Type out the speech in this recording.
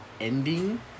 ending